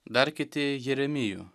dar kiti jeremiju